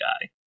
Guy